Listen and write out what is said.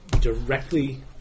directly